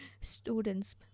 students